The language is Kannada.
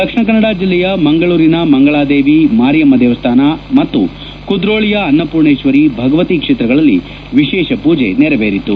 ದಕ್ಷಿಣ ಕನ್ನಡ ಜಿಲ್ಲೆಯ ಮಂಗಳೂರಿನ ಮಂಗಳಾದೇವಿ ಮಾರಿಯಮ್ಮ ದೇವಸ್ಥಾನ ಮತ್ತು ಕುದ್ರೋಳಿಯ ಅನ್ನ ಪೂರ್ಣೇಶ್ವರಿ ಭಗವತಿ ಕ್ಷೇತ್ರಗಳಲ್ಲಿ ವಿಶೇಷ ಪೂಜೆ ನಡೆಯಿತು